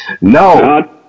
No